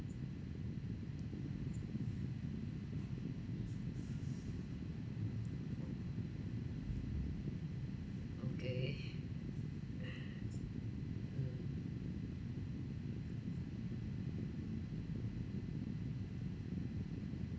okay ah mm